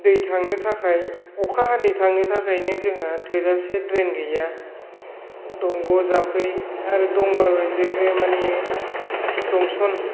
दै थांनो थाखाय अखा हादै थांनो थाखायनो जोङो थोजासे द्रेन गैया दंग' जाम्फै आरो दंबाबो जेबो माने जंसन